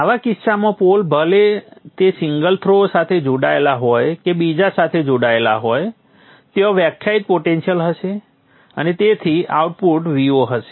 આવા કિસ્સામાં પોલ ભલે તે સિંગલ થ્રો સાથે જોડાયેલો હોય કે બીજા સાથે જોડાયેલો હોય તેમાં વ્યાખ્યાયિત પોટેન્શિયલ હશે અને તેથી આઉટપુટ Vo હશે